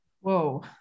Whoa